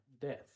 death